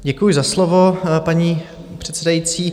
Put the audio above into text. Děkuji za slovo, paní předsedající.